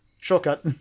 Shortcut